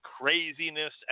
craziness